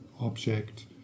object